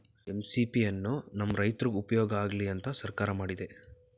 MSP ಎನ್ನು ನಮ್ ರೈತ್ರುಗ್ ಉಪ್ಯೋಗ ಆಗ್ಲಿ ಅಂತ ಸರ್ಕಾರ ಮಾಡಿದೆ